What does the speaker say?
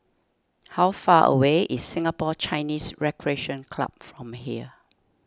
how far away is Singapore Chinese Recreation Club from here